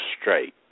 straight